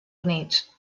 units